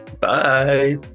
Bye